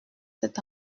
cet